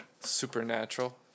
Supernatural